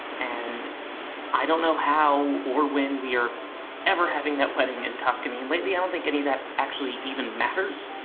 and i don't know how, or when we are ever having that wedding in tuscany and lately, i don't think any of that actually even matters.